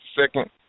second